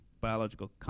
biological